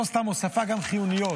לא סתם הוספה, גם חיוניות.